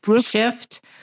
shift